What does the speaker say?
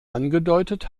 angedeutet